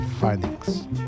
findings